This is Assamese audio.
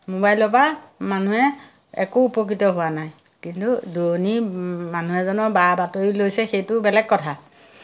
মোবাইলৰ পৰা মানুহে একো উপকৃত হোৱা নাই কিন্তু দৈনিক মানুহ এজনৰ বা বাতৰি লৈছে সেইটো বেলেগ কথা